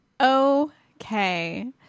Okay